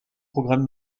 programme